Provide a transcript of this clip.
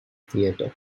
theater